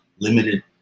limited